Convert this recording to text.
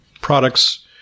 products